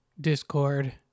Discord